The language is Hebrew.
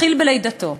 אתחיל בלידתו.